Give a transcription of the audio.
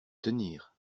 tenir